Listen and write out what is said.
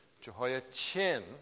Jehoiachin